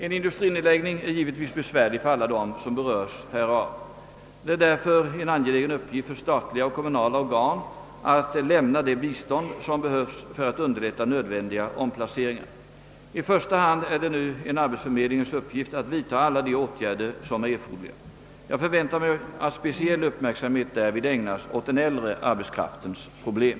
En industrinedläggning är givetvis besvärlig för alla dem som berörs härav. Det är därför en angelägen uppgift för statliga och kommunala organ att lämna det bistånd som behövs för att underlätta nödvändiga omplaceringar. I första hand är det en arbetsförmedlingens uppgift att vidta alla de åtgärder som är erforderliga. Jag förväntar mig att speciell uppmärksamhet därvid ägnas åt den äldre arbetskraftens problem.